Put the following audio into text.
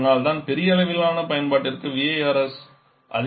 அதனால்தான் பெரிய அளவிலான பயன்பாட்டிற்கு VARS அதிகம் விரும்பப்படுகிறது